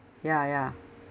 ya ya